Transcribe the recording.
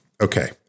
Okay